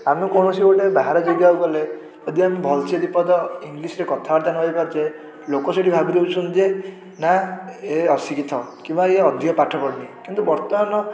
ଆମକୁ କୌଣସି ଗୋଟେ ବାହାର ଜାଗାକୁ ଗଲେ ଯଦି ଆମେ ଭଲସେ ଦୁଇ ପଦ ଇଂଲିଶ୍ରେ କଥାବାର୍ତ୍ତା ନ ହେଇପାରୁଛେ ଲୋକ ସେଇଠି ଭାବି ଦେଉଛନ୍ତି ଯେ ନା ଏ ଅଶିକ୍ଷିତ ବା ଏ ଅଧିକ ପାଠ ପଢ଼ିନି କିନ୍ତୁ ବର୍ତ୍ତମାନ